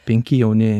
penki jauni